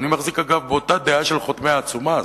אגב, אני מחזיק באותה דעה של חותמי העצומה הזאת,